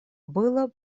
было